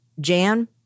Jan